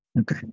Okay